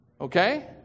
Okay